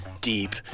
deep